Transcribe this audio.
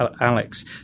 Alex